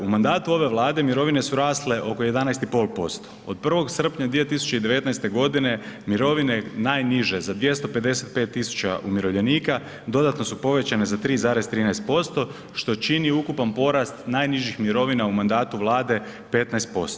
U mandatu ove Vlade mirovine su rasle oko 11,5%, od 1. srpnja 2019. godine mirovine najniže za 225000 umirovljenika dodatno su povećane za 3,13% što čini ukupan porast najnižih mirovina u mandatu Vlade 15%